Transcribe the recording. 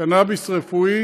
קנביס רפואי.